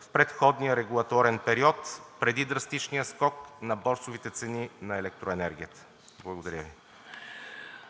в предходния регулаторен период преди драстичния скок на борсовите цени. Относно намаляването